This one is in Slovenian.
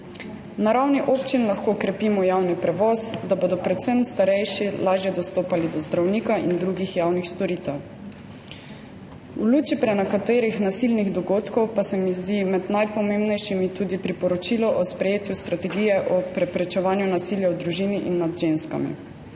Na ravni občin lahko krepimo javni prevoz, da bodo predvsem starejši lažje dostopali do zdravnika in drugih javnih storitev. V luči prenekaterih nasilnih dogodkov pa se mi zdi med najpomembnejšimi tudi priporočilo o sprejetju strategije o preprečevanju nasilja v družini in nad ženskami.